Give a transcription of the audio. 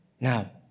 Now